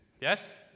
Yes